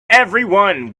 everyone